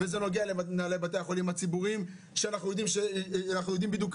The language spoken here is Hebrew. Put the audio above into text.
זה נוגע למנהלי בתי החולים הציבוריים שאנחנו יודעים בדיוק,